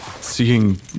seeing